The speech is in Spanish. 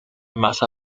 masa